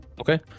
Okay